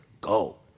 go